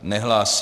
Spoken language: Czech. Nehlásí.